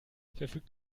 verfügt